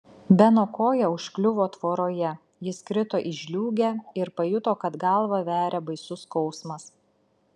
beno koja užkliuvo tvoroje jis krito į žliūgę ir pajuto kad galvą veria baisus skausmas